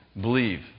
believe